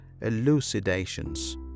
elucidations